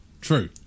True